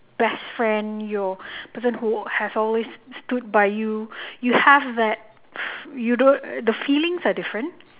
best friend your person who have always stood by you you have that you don't the feelings are different